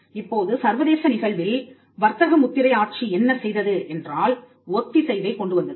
இப்போது சர்வதேச நிகழ்வில் வர்த்தக முத்திரை ஆட்சி என்ன செய்தது என்றால் ஒத்திசைவைக் கொண்டு வந்தது